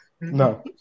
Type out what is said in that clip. No